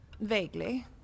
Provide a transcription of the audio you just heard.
Vaguely